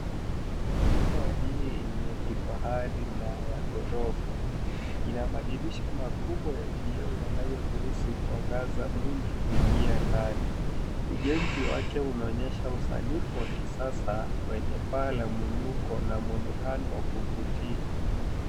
Nyumba hii ni ya kifahari na ya ghorofa. Ina madirisha makubwa ya vioo yanayoruhusu mwangaza mwingi kuingia ndani. Ujenzi wake unaonyesha usanifu kisasa wenye paa la mwinuko na muonekano wa kuvutia.